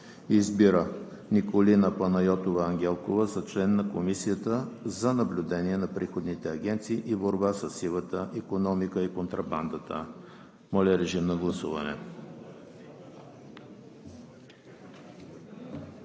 Избира Николина Панайотова Ангелкова за член на Комисията за наблюдение на приходните агенции и борба със сивата икономика и контрабандата.“ Моля, режим на гласуване.